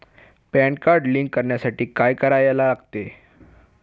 Pan card link करण्यासाठी काय करायला लागते?